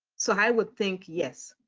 so i would think yes.